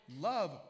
Love